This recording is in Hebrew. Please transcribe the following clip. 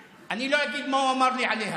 המליאה.) אני לא אגיד מה הוא אמר לי עליה,